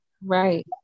Right